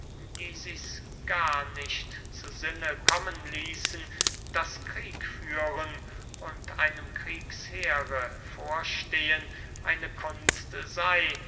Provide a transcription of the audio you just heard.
die sichs gar nicht zu sinne kommen ließen daß krieg führen und einem kriegsheere vorstehen eine kunst sey